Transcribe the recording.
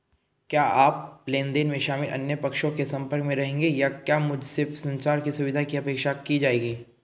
क्या आप लेन देन में शामिल अन्य पक्षों के संपर्क में रहेंगे या क्या मुझसे संचार की सुविधा की अपेक्षा की जाएगी?